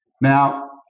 Now